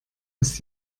ist